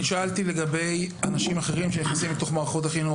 אני שאלתי לגבי אנשים אחרים שנכנסים לעבודה בתוך מערכת החינוך,